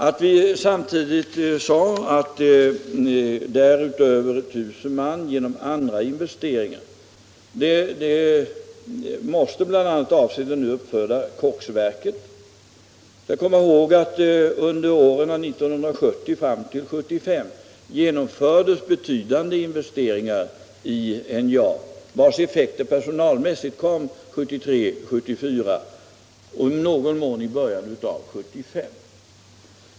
Att vi samtidigt angav 1000 man genom andra investeringar måste bl.a. avse det nu uppförda koksverket. Under åren 1970-1975 genomfördes betydande investeringar i NJA, vilkas effekter personalmässigt kom framför allt 1973 och 1974 och i någon mån i början av år 1975.